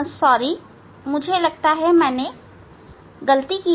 नहीं मुझे लगता है कि मैंने गलती की